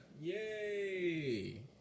Yay